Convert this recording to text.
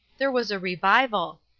there was a revival!